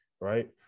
right